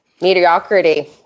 Mediocrity